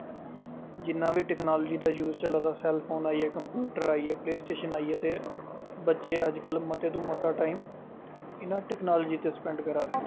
जि'न्ना बी टेक्नोलाॅजी दा यूस चला दा सेलफोन आइये कम्पयूटर आइये प्ले स्टेशन आइये ते बच्चे अज्ज कल मते तू मता टाइम इ'नां टेक्नोलाॅजी च स्पेंड करा दे